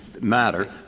Matter